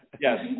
Yes